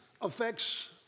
affects